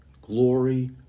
glory